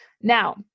Now